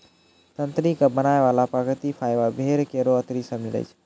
तंत्री क बनाय वाला प्राकृतिक फाइबर भेड़ केरो अतरी सें मिलै छै